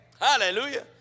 Hallelujah